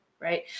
Right